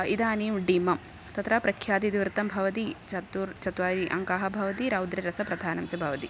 इदानीं डिमः तत्र प्रख्यातम् इतिवृत्तं भवति चतुर्थि चत्वारि अङ्काः भवति रौद्ररसप्रथानं च भवति